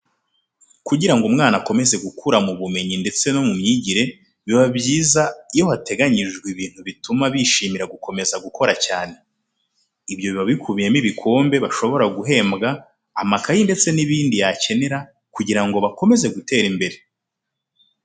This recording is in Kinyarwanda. Kugira ngo umwana akomeze gukura mu bumenyi ndetse no mu myigire, biba byiza iyo hateganyijwe ibintu bituma bishimira gukomeza gukora cyane. Ibyo biba bikubiyemo ibikombe bashobora guhembwa, amakayi ndetse n'ibindi yakenera kugira ngo bakomeze gutera imbere.